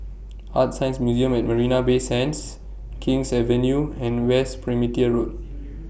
ArtScience Museum At Marina Bay Sands King's Avenue and West Perimeter Road